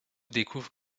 découvre